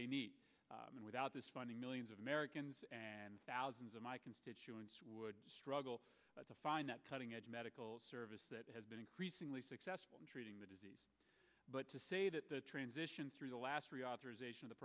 they need and without this funding millions of americans and thousands of my constituents would struggle to find that cutting edge medical service that has been increasingly successful in treating the disease but to say that the transition through the last reauthorization of the